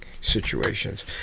situations